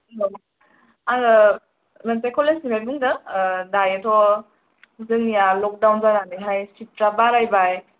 हेल' आङो मोनसे कलेज निफ्राय बुंदों ओ दायो थ' जोंनिया लकडाउन जानानैहाय सिट फ्रा बारायबाय